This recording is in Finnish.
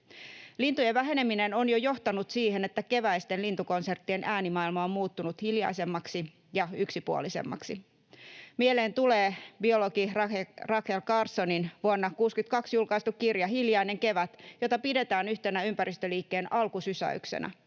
Lintujen väheneminen on jo johtanut siihen, että keväisten lintukonserttien äänimaailma on muuttunut hiljaisemmaksi ja yksipuolisemmaksi. Mieleen tulee biologi Rachel Carsonin vuonna 62 julkaistu kirja Hiljainen kevät, jota pidetään yhtenä ympäristöliikkeen alkusysäyksenä.